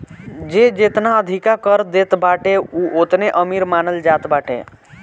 जे जेतना अधिका कर देत बाटे उ ओतने अमीर मानल जात बाटे